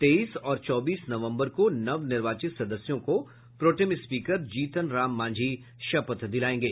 तेईस और चौबीस नवंबर को नव निर्वाचित सदस्यों को प्रोटेम स्पीकर जीतन राम मांझी शपथ दिलायेंगे